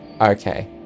Okay